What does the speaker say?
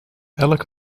elk